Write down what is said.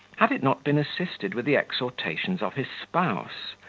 had it not been assisted with the exhortations of his spouse,